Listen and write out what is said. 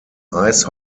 ice